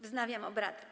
Wznawiam obrady.